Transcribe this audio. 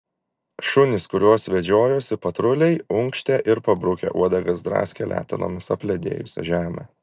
šunys kuriuos vedžiojosi patruliai unkštė ir pabrukę uodegas draskė letenomis apledėjusią žemę